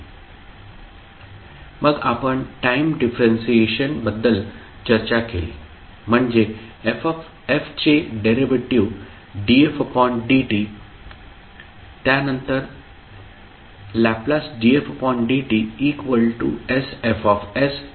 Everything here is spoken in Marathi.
मग आपण टाइम डिफरंशिएशन बद्दल चर्चा केली म्हणजे f चे डेरिव्हेटिव्ह् dfdt त्यानंतर Ldfdt sFs f